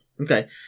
Okay